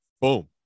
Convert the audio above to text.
Boom